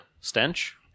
Stench